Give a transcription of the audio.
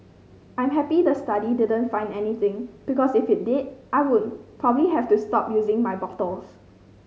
I'm happy the study didn't find anything because if it did I would probably have to stop using my bottles